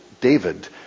David